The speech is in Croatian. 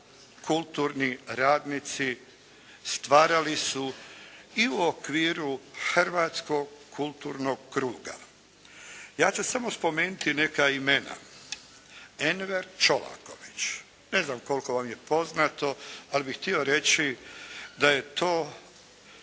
kulturni radnici stvarali su i u okviru Hrvatskog kulturnog kruga. Ja ću samo spomenuti neka imena. Enver Čolaković, ne znam koliko vam je poznato ali bih htio reći da je to